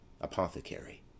apothecary